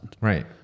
Right